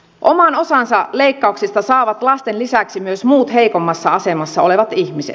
oman osansa leikkauksista saavat lasten lisäksi myös muut heikommassa asemassa olevat ihmiset